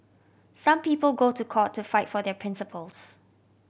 some people go to court to fight for their principles